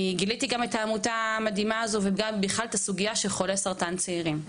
אני גיליתי את העמותה המדהימה הזאת ואת הסוגייה של חולי סרטן צעירים.